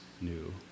new